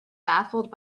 baffled